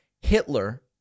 Hitler